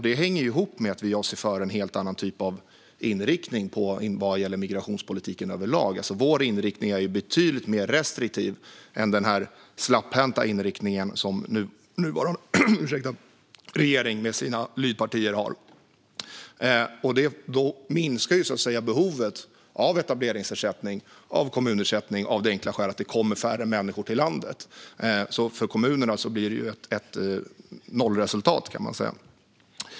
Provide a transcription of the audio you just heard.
Det hänger ihop med att vi har en helt annan inriktning på migrationspolitiken överlag. Vår inriktning är ju betydligt mer restriktiv än den slapphänta inriktning som nuvarande regering och dess lydpartier har. Då minskar behovet av etableringsersättning och kommunersättning, av det enkla skälet att det kommer färre människor till landet. För kommunerna blir det alltså ett nollresultat, kan man säga.